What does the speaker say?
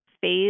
phase